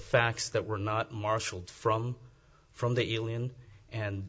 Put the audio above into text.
facts that were not marshaled from from the alien and